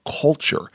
culture